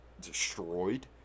destroyed